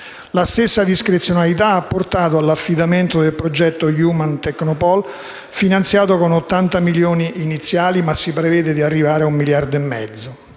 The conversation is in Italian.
La stessa discrezionalità ha portato all'affidamento del progetto Human Technopole, finanziato con 80 milioni iniziali - ma si prevede di arrivare a 1,5 miliardi - che